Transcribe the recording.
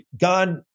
God